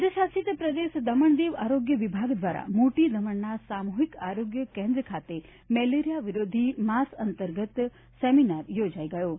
કેન્દ્ર શાસિત પ્રદેશ દમણ દીવ આરોગ્ય વિભાગ દ્વારા મોટી દમણના સામૂહિક આરોગ્ય કેન્દ્ર ખાતે મેલેરિયા વિરોધી માસ અંતર્ગત સેમિનાર યોજાયો હતો